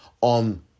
On